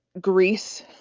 Greece